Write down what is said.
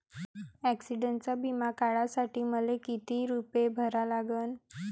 ॲक्सिडंटचा बिमा काढा साठी मले किती रूपे भरा लागन?